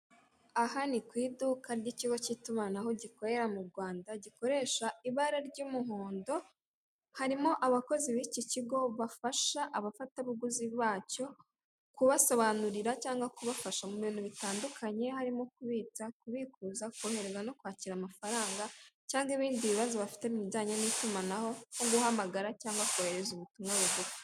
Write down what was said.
Aha ni ku iduka ry'ikigo k'itumanaho gikorera mu Rwanda gikoresha ibara ry'umuhondo, harimo abakozi b'iki kigo bafasha abafatabuguzi bacyo, kubasobanurira cyangwa kubafasha mu bintu bitandukanye harimo kubitsa, kubikuza, kohereza no kwakira amafaranga, cyangwa ibindi bibazo bafite mu bijyanye n'itumanaho nko guhamagara cyangwa kohereza ubutumwa bugufi.